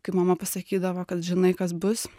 kai mama pasakydavo kad žinai kas bus